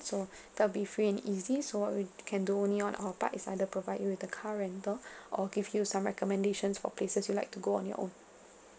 so that will be free and easy so what we can do only on our part is either provide you with the car rental or give you some recommendations for places you like to go on your own